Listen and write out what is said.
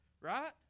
Right